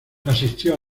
asistió